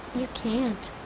you can't